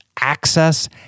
access